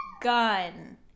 gun